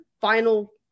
final